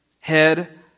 head